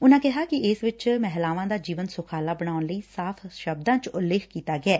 ਉਨ੍ਨਾਂ ਕਿਹਾ ਕਿ ਇਸ ਵਿਚ ਮਹਿਲਾਵਾਂ ਦਾ ਜੀਵਨ ਸੁਖਾਲਾ ਬਣਾਉਣ ਲਈ ਸਾਫ਼ ਸ਼ਬਦਾਂ ਚ ਉਲੇਖ ਕੀਤਾ ਗਿਐ